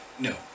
no